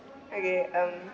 okay um